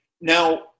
Now